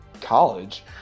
college